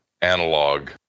analog